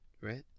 right